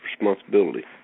responsibility